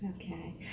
Okay